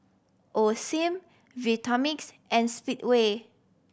Osim Vitamix and Speedway